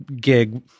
gig